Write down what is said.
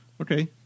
Okay